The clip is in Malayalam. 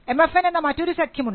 എം എഫ് എൻ എന്ന മറ്റൊരു സഖ്യം ഉണ്ട്